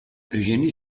eugénie